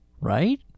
right